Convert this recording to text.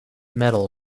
metal